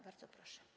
Bardzo proszę.